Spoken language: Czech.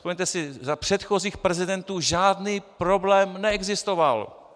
Vzpomeňte si: Za předchozích prezidentů žádný problém neexistoval!